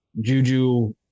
Juju